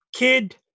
Kid